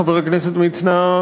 חבר הכנסת מצנע,